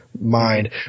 mind